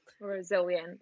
resilient